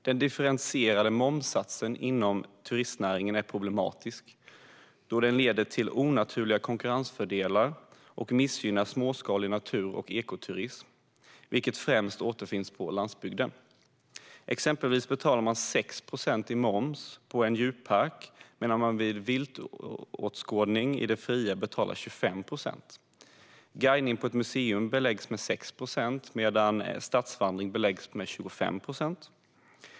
Den differentierade momssatsen inom turistnäringen är problematisk, då den leder till onaturliga konkurrensfördelar och missgynnar småskalig natur och ekoturism, som främst återfinns på landsbygden. Exempelvis betalar man 6 procent i moms i en djurpark medan man vid viltskådning i det fria betalar 25 procent. Guidning på ett museum beläggs med 6 procent medan en stadsvandring beläggs med 25 procent.